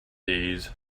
days